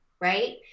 Right